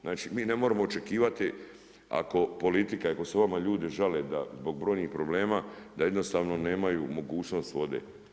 Znači, mi ne moramo očekivati ako politika i ako se vama ljudi žale zbog brojnih problema da jednostavno nemaju mogućnost vode.